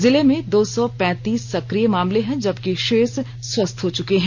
जिले में दो सौ पैंतीस सकिय मामले हैं जबकि शेष स्वस्थ हो चुके हैं